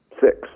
Six